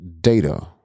data